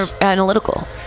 analytical